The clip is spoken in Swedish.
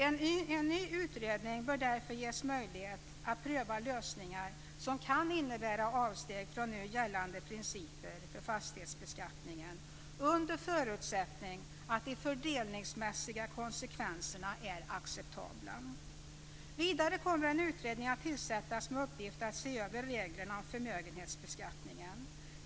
En ny utredning bör därför ges möjlighet att pröva lösningar som kan innebära avsteg från nu gällande principer för fastighetsbeskattningen, under förutsättning att de fördelningsmässiga konsekvenserna är acceptabla. Vidare kommer en utredning att tillsättas med uppgift att se över reglerna om förmögenhetsbeskattningen.